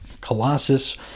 Colossus